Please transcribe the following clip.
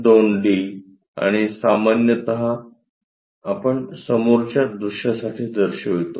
2 D आणि सामान्यत आपण समोरच्या दृश्यासाठी दर्शवितो